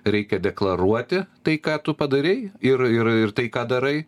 reikia deklaruoti tai ką tu padarei ir ir tai ką darai